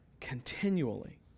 continually